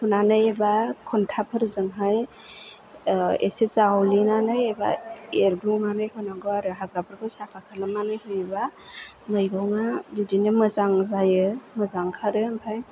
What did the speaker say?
फुनानै एबा खन्थाफोरजोंहाय एसे जावग्लिनानै एबा एरग्रुंनानै होनांगौ आरो हाग्राफोरखौ साफा खालामनानै होयोबा मैगङा बिदिनो मोजां जायो मोजां ओंखारो आमफ्राय